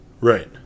right